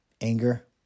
Anger